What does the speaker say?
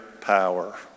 power